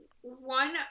one